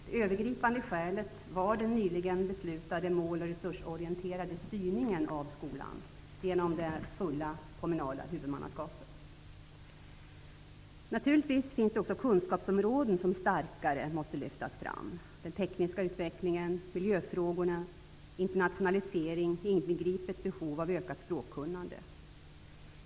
Det övergripande skälet var den nyligen beslutade måloch resursorienterade styrningen av skolan genom det fulla kommunala huvudmannaskapet. Naturligtvis finns det också kunskapsområden som starkare måste lyftas fram: den tekniska utvecklingen, miljöfrågorna, internationalisering inbegripet behov av ökat språkkunnande.